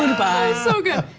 so good.